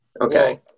Okay